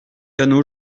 canot